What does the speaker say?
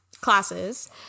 classes